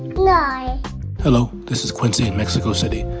fly hello, this is quincy in mexico city.